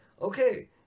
Okay